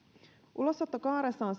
ulosottokaaressa on